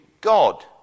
God